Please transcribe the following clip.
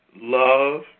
love